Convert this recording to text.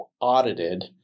audited